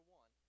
one